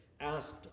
asked